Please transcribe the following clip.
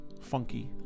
funky